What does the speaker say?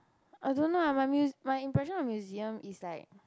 I don't know ah my muse my impression of museum is like